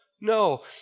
No